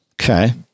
Okay